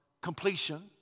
completion